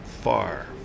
far